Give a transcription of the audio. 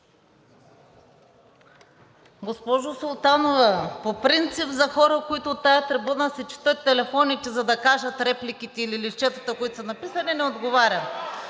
Госпожо Султанова, по принцип за хора, които от тази трибуна си четат телефоните, за да кажат репликите, или листчетата, които са си написани, не отговарям.